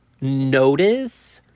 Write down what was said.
notice